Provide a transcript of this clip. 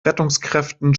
rettungskräften